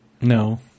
No